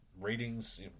ratings